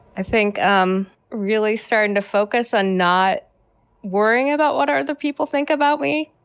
i think um really starting to focus on not worrying about what are the people think about me.